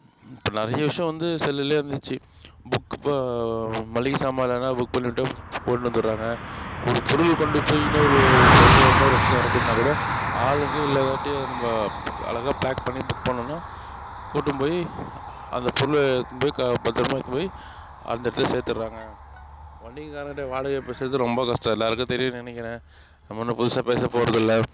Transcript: இப்போ நிறைய விஷயம் வந்து செல்லில் வந்துடுச்சு புக் இப்போ மளிகை சாமான் இல்லைன்னா புக் பண்ணிட்டால் கொண்டு வந்துடுறாங்க ஒரு பொருளை கொண்டு போய் இன்னொரு பொருளை இன்னொரு இடத்துல இறக்கணுன்னாக்கூட ஆளுங்க இல்லாங்காட்டி நம்ம அழகாக பேக் பண்ணி புக் பண்ணிணோன்னா கூப்பிட்டுன்னு போய் அந்த பொருளை எடுத்துன்னு போய் க பத்திரமா எடுத்துனு போய் அந்த இடத்துல சேர்த்தடுறாங்க வண்டிக்காரன்க்கிட்ட வாடகையை பேசுறது ரொம்ப கஷ்டம் ஸோ எல்லாருக்கும் தெரியும்னு நினைக்குறேன் நம்ம ஒன்றும் புதுசாக பேசப்போறதில்லை